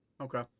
okay